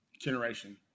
generation